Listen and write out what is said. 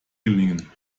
gelingen